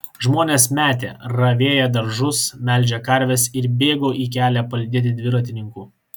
žmonės metė ravėję daržus melžę karves ir bėgo į kelią palydėti dviratininkų